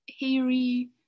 hairy